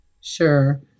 Sure